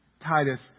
Titus